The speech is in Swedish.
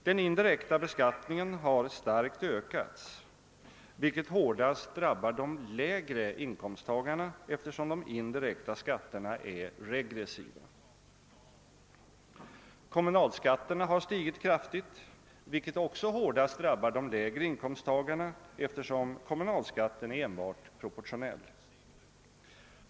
Den indirekta beskattningen har starkt ökats vilket hårdast drabbar de lägre inkomsttagarna, eftersom de indirekta skatterna är regressiva. Kommunalskatterna har stigit kraftigt vilket också hårdast drabbar de lägre inkomsttagarna, eftersom kommunalskatten är enbart proportionell.